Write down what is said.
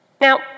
Now